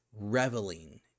Reveling